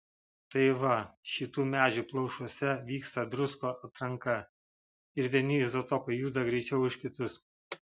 tai va šitų medžių plaušuose vyksta druskų atranka ir vieni izotopai juda greičiau už kitus